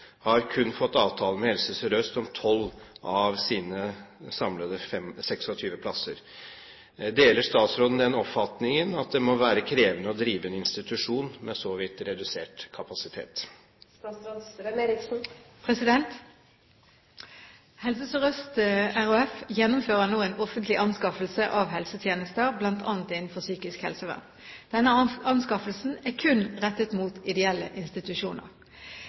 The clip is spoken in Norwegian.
har kun fått avtale med Helse Sør-Øst om 12 av sine 26 plasser. Deler statsråden den oppfatningen at det må være krevende å drive en institusjon med redusert kapasitet?» Helse Sør-Øst RHF gjennomfører nå en offentlig anskaffelse av helsetjenester, bl.a. innenfor psykisk helsevern. Denne anskaffelsen er kun rettet mot ideelle institusjoner.